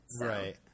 Right